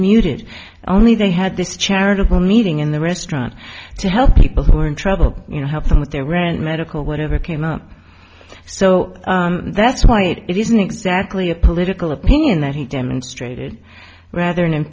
muted only they had this charitable meeting in the restaurant to help people who are in trouble you know help them with their rent medical whatever came up so that's why it isn't exactly a political opinion that he demonstrated rather